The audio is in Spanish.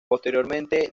posteriormente